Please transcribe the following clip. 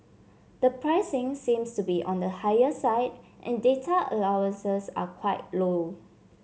the pricing seems to be on the higher side and data allowances are quite low